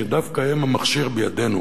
שדווקא הם המכשיר בידינו